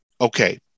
Okay